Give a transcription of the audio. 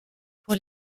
pour